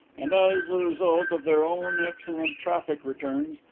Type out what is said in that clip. and as a result of their own excellent traffic returns,